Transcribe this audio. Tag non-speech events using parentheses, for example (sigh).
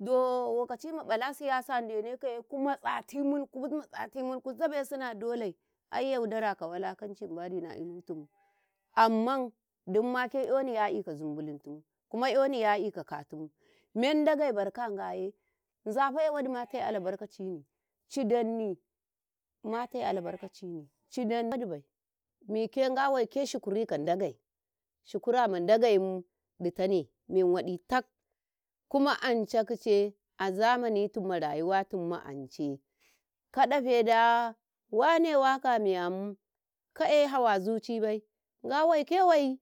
doh kaci ma ƃala siyasa denekaye ku matsatimun, ku matsatimun, ku zabe sune a dole ai yuadara ka wulakanci mbandi ma inutum amman dinmake 'yoni yaƙi ka zillbilintin kuma 'yoni yaƙi ka katin, men Ndagei barka a Ngaye zafa'eh waɗima (noise) teh albarkacini nadibai mike Nga waike shikuri ka Ndagei, shikura ma Ndagei mu ditane men waɗi tak, kuma anca kicai a zamani tun ma rayuwatum ma ancei kaɗafe nda wane waka miya'um ka'eh hawa zucibai Nga waike wai.